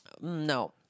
no